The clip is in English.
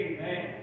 Amen